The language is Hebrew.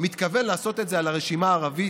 מתכוון לעשות את זה על הרשימה הערבית?